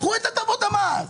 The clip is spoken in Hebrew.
קחו את הטבות המס.